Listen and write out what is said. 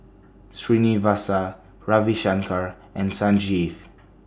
Srinivasa Ravi Shankar and Sanjeev